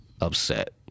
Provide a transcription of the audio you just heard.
upset